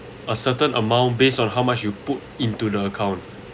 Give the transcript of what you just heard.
a certain amount based on how much you put into the account